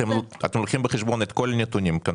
אתם לוקחים בחשבון את כל הנתונים.